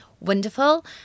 wonderful